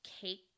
cake